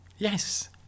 Yes